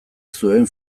zuen